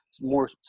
more